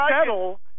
settle